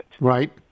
Right